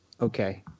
Okay